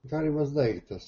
galimas daiktas